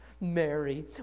Mary